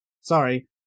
sorry